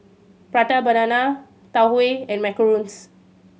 Prata Banana Tau Huay and macarons